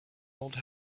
old